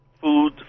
Food